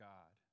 God